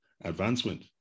advancement